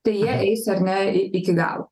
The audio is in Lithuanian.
tai jie eis ar ne i iki galo